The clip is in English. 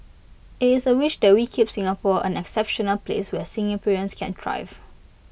IT is A wish that we keep Singapore an exceptional place where Singaporeans can thrive